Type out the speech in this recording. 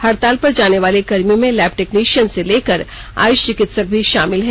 हड़ताल पर जाने वाले कर्मियों में लैब टेक्नीशियन से लेकर आयुष चिकित्सक भी शामिल हैं